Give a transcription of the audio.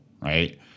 right